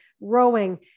rowing